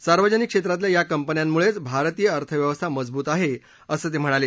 सार्वजनिक क्षेत्रातल्या या कंपन्यामुळेच भारतीय अर्थव्यवस्था मजबूत आहे असं ते म्हणाले